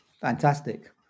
Fantastic